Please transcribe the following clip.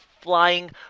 flying